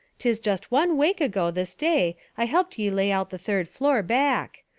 tis just one wake ago this day i helped ye lay out the third floor, back.